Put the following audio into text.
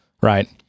right